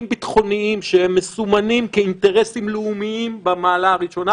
ביטחוניים שמסומנים כאינטרסים לאומיים במעלה הראשונה.